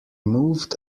moved